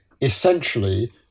essentially